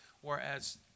whereas